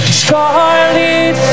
scarlet